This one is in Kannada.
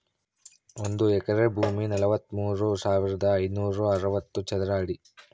ಒಂದು ಎಕರೆ ಭೂಮಿ ನಲವತ್ಮೂರು ಸಾವಿರದ ಐನೂರ ಅರವತ್ತು ಚದರ ಅಡಿ